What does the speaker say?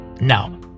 Now